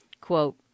Quote